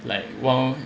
like wang